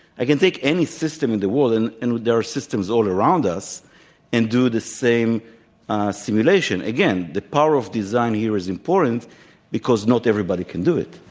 i can take any system in the world and and there are systems all around us and do the same simulation. again, the power of design here is important because not everybody can do it.